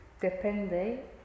depende